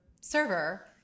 server